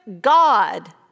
God